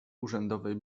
urzędowej